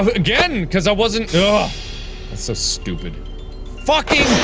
again cuz i wasn't know that's a stupid fucking